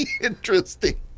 interesting